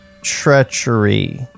treachery